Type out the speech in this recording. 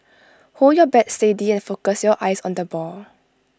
hold your bat steady and focus your eyes on the ball